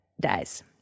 dies